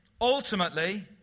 ultimately